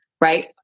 right